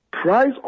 price